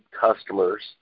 customers